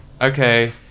Okay